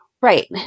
Right